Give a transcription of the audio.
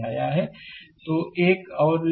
slide समय देखें 1551 तो एक और ले लो